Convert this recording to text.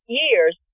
years